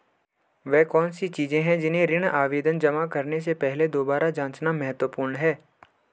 वे कौन सी चीजें हैं जिन्हें ऋण आवेदन जमा करने से पहले दोबारा जांचना महत्वपूर्ण है?